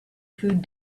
food